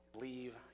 leave